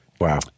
Wow